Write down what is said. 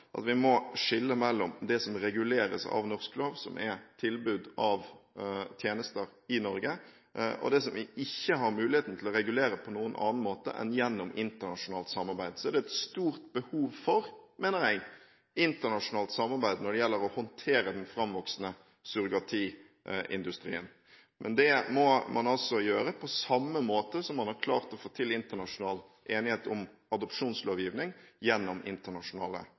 at vi må skille mellom det som reguleres av norsk lov, som er tilbud av tjenester i Norge, og det som vi ikke har muligheten til å regulere på noen annen måte enn gjennom internasjonalt samarbeid. Det er et stort behov for internasjonalt samarbeid, mener jeg, for å håndtere den framvoksende surrogatiindustrien. Men det må man altså gjøre på samme måte som man har klart å få til internasjonal enighet om adopsjonslovgivning gjennom internasjonale